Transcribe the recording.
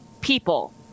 People